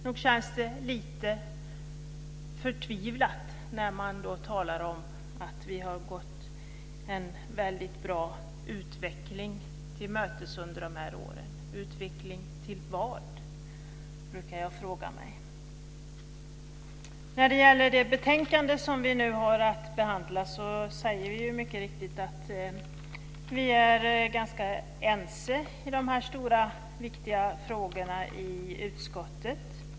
Nog känns det lite förtvivlat när det talas om att vi har gått en väldigt bra utveckling till mötes under de här åren. Utveckling till vad? brukar jag fråga mig. När det gäller det betänkande som vi nu har att behandla säger vi mycket riktigt att vi är ganska ense i de stora viktiga frågorna i utskottet.